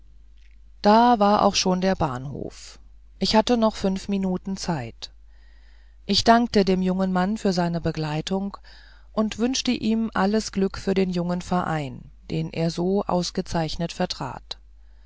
da war auch schon der bahnhof ich hatte noch fünf minuten zeit ich dankte dem jungen mann für seine begleitung und wünschte ihm alles glück für den jungen verein den er so ausgezeichnet vertrat